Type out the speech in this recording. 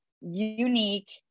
unique